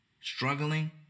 struggling